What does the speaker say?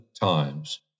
times